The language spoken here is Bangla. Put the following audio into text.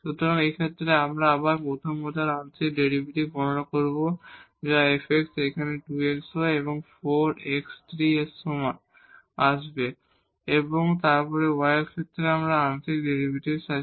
সুতরাং এই ক্ষেত্রে আমরা আবার প্রথম অর্ডার আংশিক ডেরিভেটিভ গণনা করব যা fx এখানে 2 xy এবং 4 x3 এর সমান আসবে এবং তারপরে y এর ক্ষেত্রে আমাদের আংশিক ডেরিভেটিভ আছে